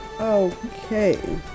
Okay